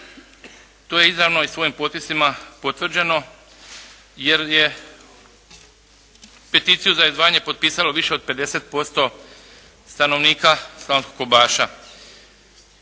to je izravno i svojim potpisima potvrđeno jer je peticiju za izdvajanje potpisalo više od 50% stanovnika Slavonskog Kobaša.